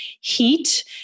heat